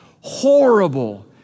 horrible